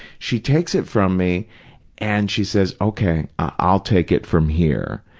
she takes it from me and she says, okay, i'll take it from here,